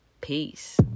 Peace